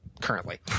currently